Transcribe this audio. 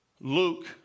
Luke